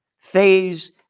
Phase